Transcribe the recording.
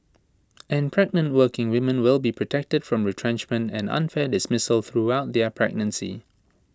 and pregnant working women will be protected from retrenchment and unfair dismissal throughout their pregnancy